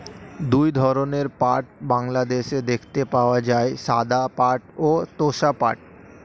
দুই ধরনের পাট বাংলাদেশে দেখতে পাওয়া যায়, সাদা পাট ও তোষা পাট